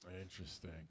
Interesting